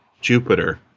Jupiter